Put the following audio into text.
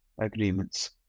agreements